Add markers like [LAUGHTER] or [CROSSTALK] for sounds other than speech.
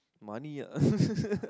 money ah [LAUGHS]